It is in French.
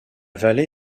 vallée